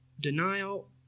denial